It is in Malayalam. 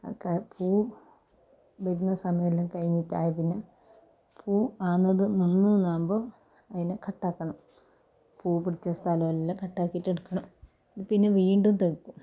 ആ കാ പൂ വരുന്ന സമയമെല്ലാം കഴിഞ്ഞിട്ട് ആയാൽ പിന്നെ പൂ ആക്കുന്നത് നിന്നു എന്ന് ആകുമ്പോൾ അതിനെ കട്ട് ആക്കണം പൂ പിടിച്ച സ്ഥലം എല്ലാം കട്ട് ആക്കിയിട്ട് എടുക്കണം പിന്നെ വീണ്ടും തേക്കും